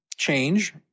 Change